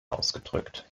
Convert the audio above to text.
ausgedrückt